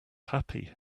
happy